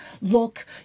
look